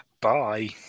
bye